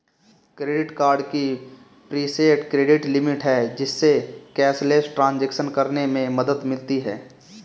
credit card की preset credit limit है, जिससे कैशलेस ट्रांज़ैक्शन करने में मदद मिलती है